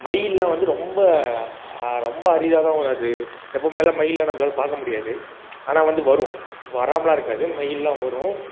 மயில்லாம் வந்து ரொம்ப ரொம்ப அரிதாக தான் வரும் அது எப்போமேலாம் மயிலை நம்மளால பார்க்க முடியாது ஆனால் வந்து வரும் வராமலாம் இருக்காது மயில்லாம் வரும்